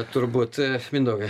turbūt mindaugai